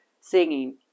singing